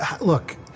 Look